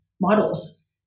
models